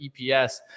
EPS